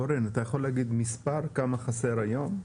אורן, אתה יכול להגיד מספר, כמה חסרים היום?